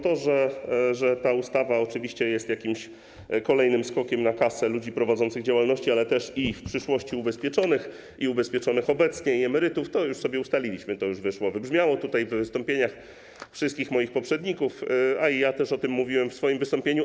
To, że ta ustawa oczywiście jest jakimś kolejnym skokiem na kasę ludzi prowadzących działalności, ale też ubezpieczonych w przyszłości i ubezpieczonych obecnie, i emerytów, to już sobie ustaliliśmy, to już wybrzmiało tutaj w wystąpieniach wszystkich moich poprzedników, a i ja też o tym mówiłem w swoim wystąpieniu.